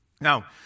Now